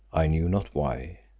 i knew not why.